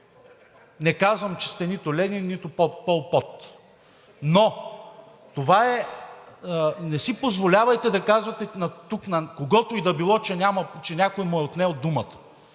Не казвам, че сте нито Ленин, нито Пол Пот. Не си позволявайте да казвате тук на когото и да било, че някой му е отнел думата.